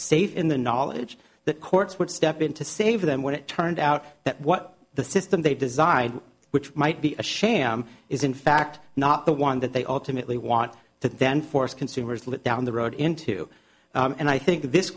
safe in the knowledge that courts would step in to save them when it turned out that what the system they designed which might be a sham is in fact not the one that they automatically want to then force consumers look down the road into and i think this